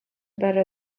better